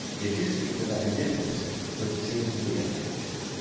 yet you speak with an indifference which seems to be affected,